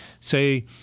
Say